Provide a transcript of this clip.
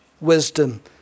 wisdom